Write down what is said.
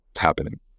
happening